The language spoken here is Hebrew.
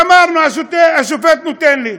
גמרנו, השוטר נותן לי.